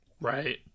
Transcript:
Right